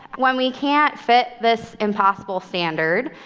when we can't fit this impossible standard,